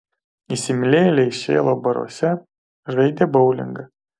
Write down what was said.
įsimylėjėliai šėlo baruose žaidė boulingą